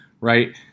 right